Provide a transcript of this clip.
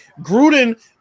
Gruden